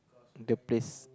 the place